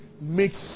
mixed